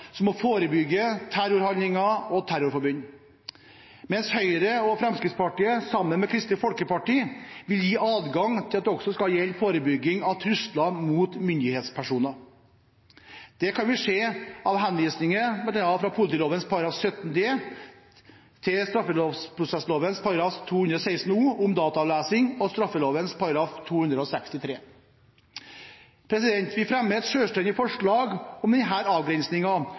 som å forebygge terrorhandlinger og terrorforbund, mens Høyre og Fremskrittspartiet, sammen med Kristelig Folkeparti, vil gi adgang til at det også skal gjelde forebygging av trusler mot myndighetspersoner. Det kan vi se av henvisningen fra politiloven § 17 d til straffeprosessloven § 216 o om dataavlesning og straffeloven § 263. Vi fremmer et selvstendig forslag om